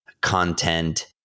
content